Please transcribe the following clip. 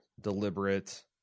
deliberate